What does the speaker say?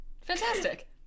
Fantastic